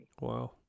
Wow